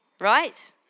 right